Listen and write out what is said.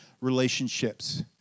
relationships